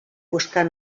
buscar